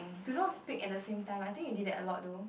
do not speak at the same time I think he did that a lot though